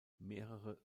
mehrere